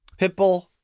Pitbull